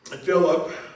Philip